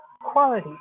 quality